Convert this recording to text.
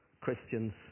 Christians